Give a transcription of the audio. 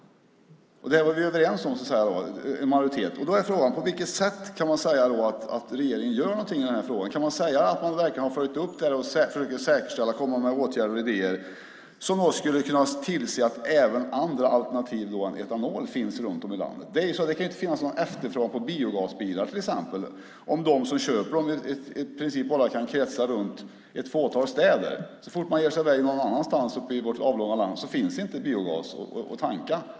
Det var vi, en majoritet, överens om. Då är frågan: På vilket sätt kan man säga att regeringen gör någonting av den här frågan? Kan man säga att man verkligen har följt upp detta och försöker säkerställa och komma med åtgärder och idéer som skulle kunna tillse att även andra alternativ än etanol finns runt om i landet? Det kan inte finnas någon efterfrågan på biogasbilar till exempel om de som köper dem i princip bara kan kretsa runt ett fåtal städer. Så fort man ger sig iväg någon annanstans uppe i vårt avlånga land finns inte biogas att tanka.